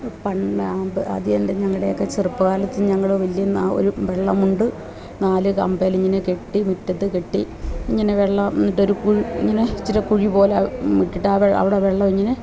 പണ്ട് ആദ്യ ആദ്യമെല്ലാം ഞങ്ങളുടെയൊക്കെ ചെറുപ്പകാലത്ത് ഞങ്ങൾ വലിയ എന്നാൽ ഒരു വെള്ളമുണ്ട് നാല് കമ്പേലിങ്ങനെ കെട്ടി മുറ്റത്ത് കെട്ടി ഇങ്ങനെ വെള്ളം എന്നിട്ടൊരു കു ഇങ്ങനെ ഇച്ചരെ കുഴി പോലെ അ മിട്ടിട്ട് ആവെ അവിടെ വെള്ളം ഇങ്ങനെ